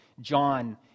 john